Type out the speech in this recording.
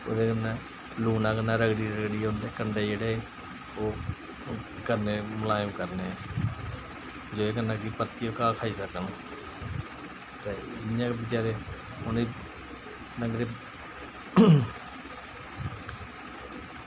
ओह्दे नै लूनै कन्नै रगड़ी रगड़ियै उं'दे कंढे जेह्ड़े ओह् ओह् करने मलायम करने जेह्दे कन्नै कि परतियै घाह् खाई सकन ते इ'यां बचैरें उ'नें डंगरें